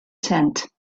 tent